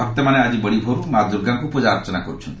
ଭକ୍ତମାନେ ଆଜି ବଡି ଭୋର୍ରୁ ମା' ଦୁର୍ଗାଙ୍କୁ ପୂଜାର୍ଚ୍ଚନା କରୁଛନ୍ତି